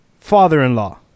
father-in-law